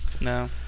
No